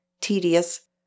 tedious